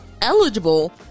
eligible